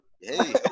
Hey